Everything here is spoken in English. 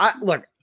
Look